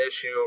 issue